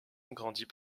grandit